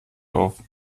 auf